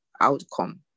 outcome